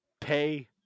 pay –